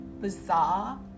bizarre